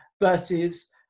versus